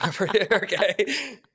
okay